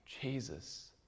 jesus